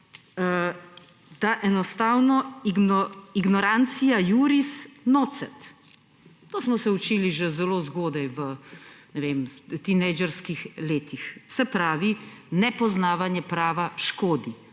– da ignorantia iuris nocet. To smo se učili že zelo zgodaj, ne vem, v tinejdžerskih letih, se pravi, nepoznavanje prava škodi.